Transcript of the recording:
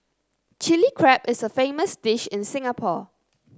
Chilli Crab is a famous dish in Singapore